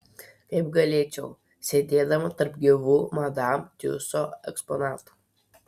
kaip galėčiau sėdėdama tarp gyvų madam tiuso eksponatų